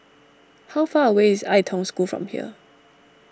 how far away is Ai Tong School from here